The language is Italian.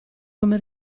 come